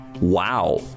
Wow